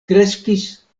kreskis